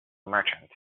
merchant